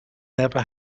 never